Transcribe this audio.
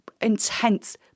intense